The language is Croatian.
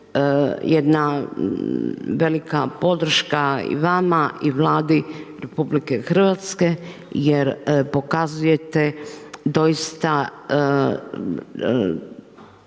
jedna velika podrška i vama i Vladi RH jer pokazujete doista